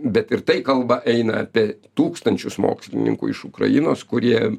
bet ir tai kalba eina apie tūkstančius mokslininkų iš ukrainos kurie